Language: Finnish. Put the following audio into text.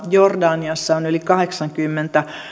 jordaniassa on yli kahdeksankymmentä